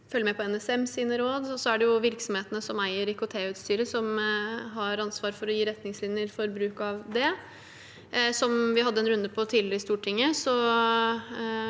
følge med på NSMs råd. Så er det virksomhetene som eier IKT-utstyret, som har ansvaret for å gi retningslinjer for bruken av det. Som vi hadde en runde på tidligere i Stortinget,